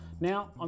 Now